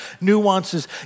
nuances